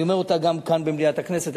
אני אומר אותה גם כאן, במליאה הכנסת.